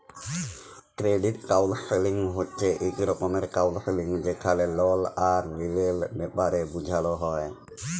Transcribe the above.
credit counselling হছে ইক রকমের কাউল্সেলিং যেখালে লল আর ঋলের ব্যাপারে বুঝাল হ্যয়